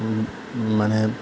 মানে